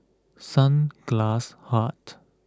Sunglass Hut